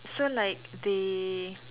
so like they